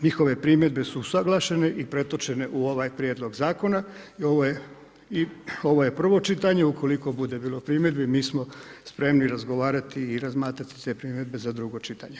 Njihove primjedbe su usuglašene i pretočene u ovaj prijedlog zakona i ovo je prvo čitanje, ukoliko bude bilo primjedbi, mi smo spremni razgovarati i razmatrati sve primjedbe za drugo čitanje.